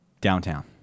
downtown